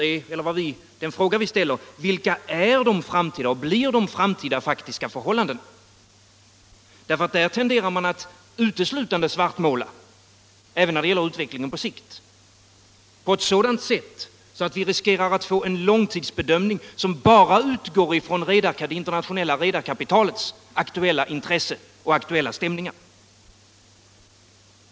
Den fråga vi ställer är: Vilka är och blir de framtida faktiska förhållandena? Där tenderar man nämligen att uteslutande svartmåla även när det gäller utvecklingen på sikt. Och man gör det på sådant sätt att vi riskerar att få en långsiktsbedömning som bara utgår från det internationella redarkapitalets aktuella intressen och stämningar.